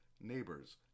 neighbors